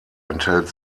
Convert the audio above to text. enthält